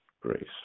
grace